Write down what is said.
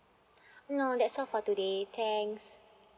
no that's all for today thanks